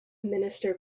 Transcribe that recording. minister